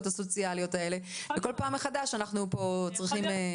הסוציאליות האלה וכל פעם מחדש אנחנו פה צריכים להתמודד עם זה.